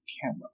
camera